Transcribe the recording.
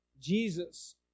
Jesus